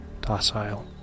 docile